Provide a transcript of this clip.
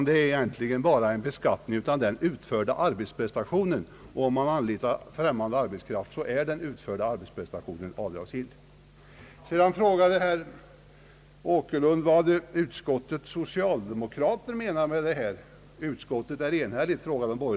Det är egentligen bara en beskattning av den utförda arbetsprestationen, och anlitar man någon att utföra den är kostnaden därför avdragsgill. Herr Åkerlund frågade vad utskottets socialdemokrater menade med detta. Ja, utskottet är enhälligt i sin uppfattning.